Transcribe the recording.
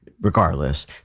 regardless